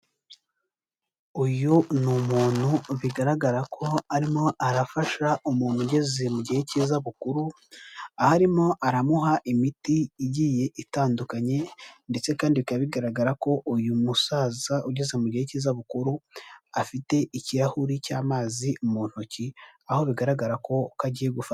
Uyu ni umuntu bigaragara ko arimo arafasha umuntu ugeze mu gihe k'izabukuru, aho arimo aramuha imiti igiye itandukanye ndetse kandi bikaba bigaragara ko, uyu musaza ugeze mu gihe k'izabukuru afite ikirahuri cy'amazi mu ntoki, aho bigaragara ko uko agiye gufata...